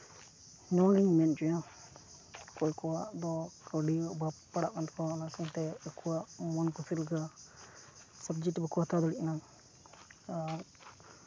ᱱᱚᱣᱟᱜᱤᱧ ᱢᱮᱱ ᱦᱚᱪᱚᱭᱟ ᱚᱠᱚᱭ ᱠᱚᱣᱟᱜ ᱫᱚ ᱠᱟᱹᱣᱰᱤ ᱚᱵᱷᱟᱵ ᱯᱟᱲᱟᱜ ᱠᱟᱱ ᱛᱟᱠᱚᱣᱟ ᱚᱱᱟ ᱥᱟᱶᱛᱮ ᱟᱠᱚᱣᱟᱜ ᱢᱚᱱ ᱠᱩᱥᱤ ᱞᱮᱠᱟ ᱥᱟᱵᱽᱡᱮᱠᱴ ᱵᱟᱠᱚ ᱦᱟᱛᱟᱣ ᱫᱟᱲᱮᱭᱟᱜ ᱠᱟᱱᱟ ᱟᱨ